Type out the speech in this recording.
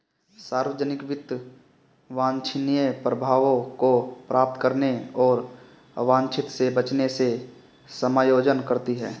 सार्वजनिक वित्त वांछनीय प्रभावों को प्राप्त करने और अवांछित से बचने से समायोजन करती है